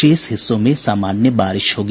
शेष हिस्सों में सामान्य बारिश होगी